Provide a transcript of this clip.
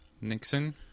Nixon